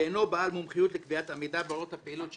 ואינו בעל מומחיות לקביעת עמידה בהוראות הפעילות שכאן.